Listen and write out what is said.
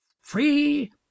free